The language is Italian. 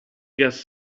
gas